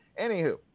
Anywho